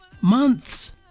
months